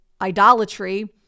idolatry